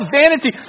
vanity